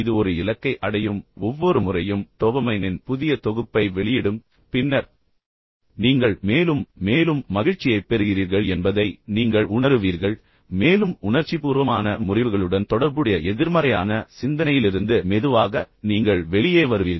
இது ஒரு இலக்கை அடையும் ஒவ்வொரு முறையும் டோபமைனின் புதிய தொகுப்பை வெளியிடும் பின்னர் நீங்கள் மேலும் மேலும் மகிழ்ச்சியைப் பெறுகிறீர்கள் என்பதை நீங்கள் உணருவீர்கள் மேலும் உணர்ச்சிபூர்வமான முறிவுகளுடன் தொடர்புடைய எதிர்மறையான சிந்தனையிலிருந்து மெதுவாக நீங்கள் வெளியே வருவீர்கள்